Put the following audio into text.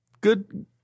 good